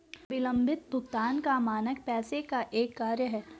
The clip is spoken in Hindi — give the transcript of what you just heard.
विलम्बित भुगतान का मानक पैसे का एक कार्य है